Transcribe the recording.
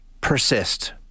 persist